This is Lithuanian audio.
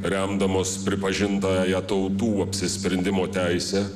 remdamos pripažintąja tautų apsisprendimo teise